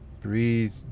breathe